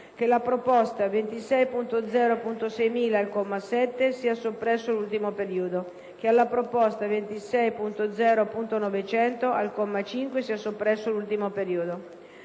che alla proposta 26.0.6000, al comma 7, sia soppresso l'ultimo periodo; che alla proposta 26.0.9000, al comma 5, sia soppresso l'ultimo periodo.